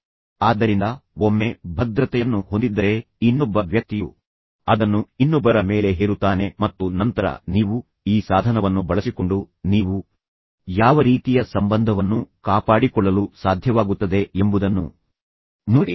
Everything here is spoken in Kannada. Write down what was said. ಆದ್ದರಿಂದ ಒಮ್ಮೆ ಭದ್ರತೆಯನ್ನು ಹೊಂದಿದ್ದರೆ ಇನ್ನೊಬ್ಬ ವ್ಯಕ್ತಿಯು ಅದನ್ನು ಇನ್ನೊಬ್ಬರ ಮೇಲೆ ಹೇರುತ್ತಾನೆ ಮತ್ತು ನಂತರ ನೀವು ಈ ಸಾಧನವನ್ನು ಬಳಸಿಕೊಂಡು ನೀವು ಯಾವ ರೀತಿಯ ಸಂಬಂಧವನ್ನು ಕಾಪಾಡಿಕೊಳ್ಳಲು ಸಾಧ್ಯವಾಗುತ್ತದೆ ಎಂಬುದನ್ನು ನೋಡಿ